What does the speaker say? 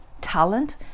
talent